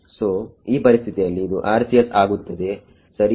ಸೋಈ ಪರಿಸ್ಥಿತಿಯಲ್ಲಿ ಇದು RCS ಆಗುತ್ತದೆ ಸರಿಯೇ